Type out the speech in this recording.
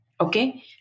Okay